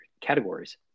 categories